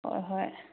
ꯍꯣꯏ ꯍꯣꯏ